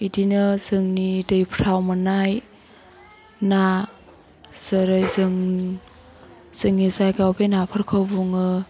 इदिनो जोंनि दैफ्राव मोन्नाय ना जेरै जों जोंनि जायगायाव बे नाफोरखौ बुङो